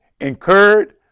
incurred